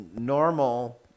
normal